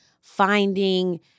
finding